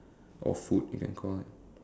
or food you can call it